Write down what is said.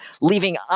leaving